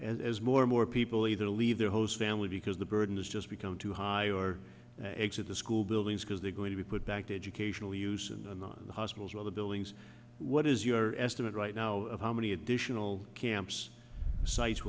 as more and more people either leave their host family because the burden has just become too high or at the school buildings because they're going to be put back to educational use and hospitals or other buildings what is your estimate right now of how many additional camps sites